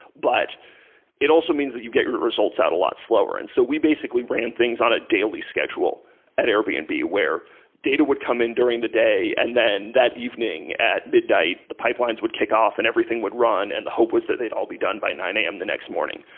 but it also means that you get results out a lot slower. and so we basically ran things on a daily schedule at airbnb, and where data would come in during the day and then that evening at midnight the pipelines would kick off and everything would run, and the hope was that they'd all be done by nine am the next morning.